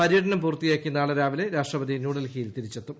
പര്യടനം പൂർത്തിയാക്കി നാളെ രാവിലെ രാഷ്ട്രപതി ന്യൂഡൽഹിയിൽ തിരിച്ചെത്തും